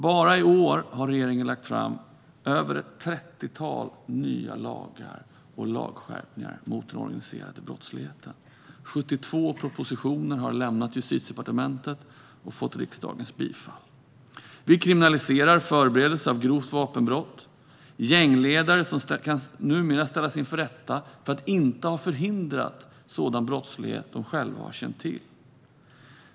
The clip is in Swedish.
Bara i år har regeringen lagt fram mer än ett trettiotal nya lagar och lagskärpningar mot den organiserade brottsligheten, och 72 propositioner har lämnat Justitiedepartementet och fått riksdagens bifall. Vi kriminaliserar förberedelse till grovt vapenbrott. Gängledare kan numera ställas inför rätta för att inte ha förhindrat brottslighet de själva har känt till.